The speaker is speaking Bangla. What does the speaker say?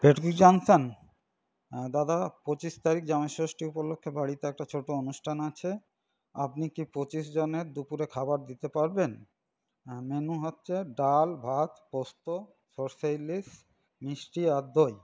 পেটুক জাংশান দাদা পঁচিশ তারিখ জামাই ষষ্ঠী উপলক্ষ্যে বাড়িতে একটা ছোটো অনুষ্ঠান আছে আপনি কি পঁচিশ জনের দুপুরের খাবার দিতে পারবেন মেনু হচ্ছে ডাল ভাত পোস্ত সর্ষে ইলিশ মিষ্টি আর দই